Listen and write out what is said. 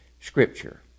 Scripture